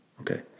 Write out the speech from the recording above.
okay